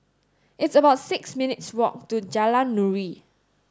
it's about six minutes' walk to Jalan Nuri